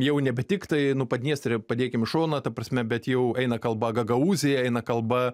jau nebe tiktai nu padniestrę padėkim į šoną ta prasme bet jau eina kalba gagaūzija eina kalba